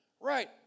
Right